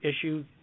issue